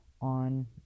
on